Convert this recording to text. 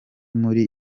muri